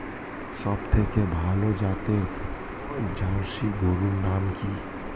সবথেকে ভালো জাতের জার্সি গরুর নাম কি?